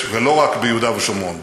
ולא רק ביהודה ושומרון,